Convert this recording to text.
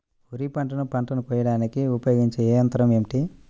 వరిపంటను పంటను కోయడానికి ఉపయోగించే ఏ యంత్రం ఏమిటి?